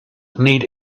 need